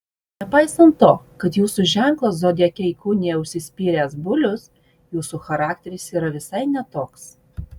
nepaisant to kad jūsų ženklą zodiake įkūnija užsispyręs bulius jūsų charakteris yra visai ne toks